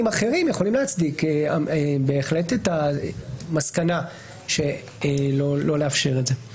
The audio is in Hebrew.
אחרים יכולים להצדיק את המסקנה לא לאפשר את זה.